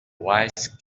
wise